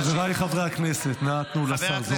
חבריי חברי הכנסת, אנא תנו לשר זוהר להמשיך.